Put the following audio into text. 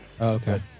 Okay